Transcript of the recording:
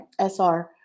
SR